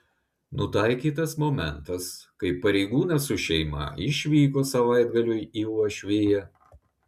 nutaikytas momentas kai pareigūnas su šeima išvyko savaitgaliui į uošviją